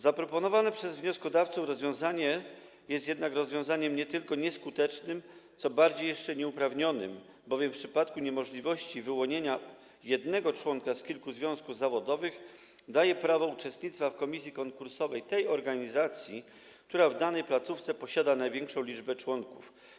Zaproponowane przez wnioskodawców rozwiązanie jest jednak rozwiązaniem nie tylko nieskutecznym, ale bardziej jeszcze nieuprawnionym, w przypadku bowiem niemożliwości wyłonienia jednego członka z kilku związków zawodowych daje się prawo uczestnictwa w komisji konkursowej tej organizacji, która w danej placówce posiada największą liczbę członków.